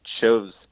shows